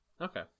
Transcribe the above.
Okay